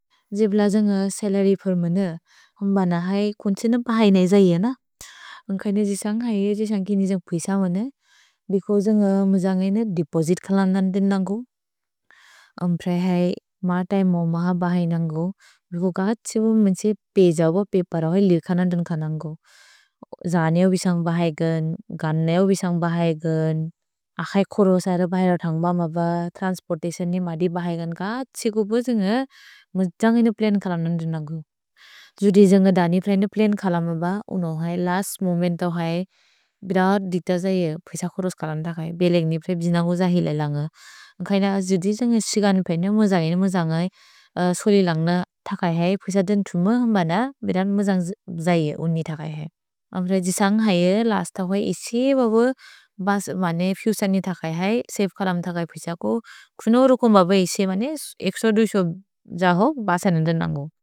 जिब्ल जन्ग् सलर्य् फोर्मुने, हुम् बन है कुन् त्से न पहैन जैअ न। उन्कैन जि सन्ग् है, जि सन्ग् किनि जन्ग् प्विस मने। भिको जन्ग् मुजन्गेने देपोसित् खलन्दन् देन् नन्गु। अम् प्रए है, मा तै मौ मा पहैन नन्गु। रुको घात् त्सेबु म्न्से पेज ब पेपर होइ लिर् खलन्दन् देन् ख नन्गु। जनेओ बिशन्ग् पहैगन्, गनेओ बिशन्ग् पहैगन्, अखै खोरो सैर पहैल थन्ग्ब मब, त्रन्स्पोर्ततिओन् नि मदि पहैगन् घात् त्से गुपो जन्ग् मुजन्गेने प्लने खलन्दन् देन् नन्गु। जुदि जन्गे दनि प्लने, प्लने खलन्दन् ब, उनोहै, लस्त् मोमेन्तौ है, बिद दिक्त जैअ प्विस खोरोस् खलन्दन् तकै। भेलेग्नि प्रए, बिज्नगो ज हिल लन्ग। उन्कैन जुदि जन्गे सिगनु पैन, मुजन्गेने, मुजन्गने, सोलि लन्गन तकै है, प्विस देन् तुमु हुम्बन, बिदन् मुजन्ग् जैअ, उन्नि तकै है। अम् प्रए जि सन्ग् है, लस्त् तौ है, इसि बबु, बस् मने, फुतुरे नि तकै है, सफे खलन्दन् तकै प्विस को। खुनो रुकुन् बबै इसि मने, एक्सो दुसो ज हो, बसन देन् नन्गु।